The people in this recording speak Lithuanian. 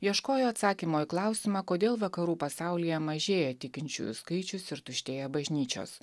ieškojo atsakymo į klausimą kodėl vakarų pasaulyje mažėja tikinčiųjų skaičius ir tuštėja bažnyčios